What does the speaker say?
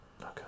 Okay